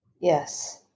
Yes